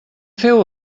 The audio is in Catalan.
feu